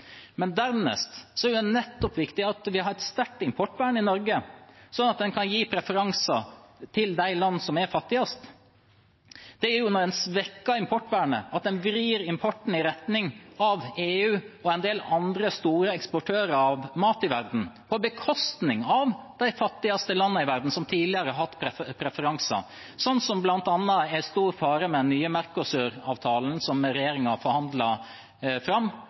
men dernest er det nettopp viktig at vi har et sterkt importvern i Norge, sånn at en kan gi preferanser til de landene som er fattigst. Det er når en svekker importvernet, at en vrir importen i retning av EU og en del andre store eksportører av mat i verden, på bekostning av de fattigste landene i verden, som tidligere har hatt preferanser. Det er det bl.a. stor fare for med den nye Mercosur-avtalen, som regjeringen forhandlet fram,